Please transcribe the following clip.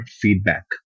feedback